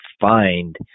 find